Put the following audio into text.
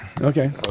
Okay